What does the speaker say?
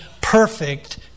perfect